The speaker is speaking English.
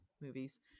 movies